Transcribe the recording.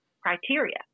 criteria